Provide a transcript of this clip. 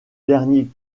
dernier